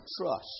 trust